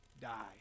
die